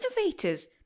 innovators